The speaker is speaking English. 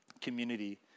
Community